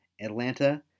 Atlanta